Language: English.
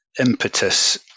impetus